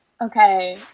Okay